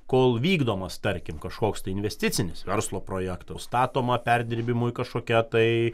kol vykdomas tarkim kažkoks investicinis verslo projekto statoma perdirbimui kažkokia tai